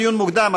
לדיון מוקדם,